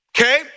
Okay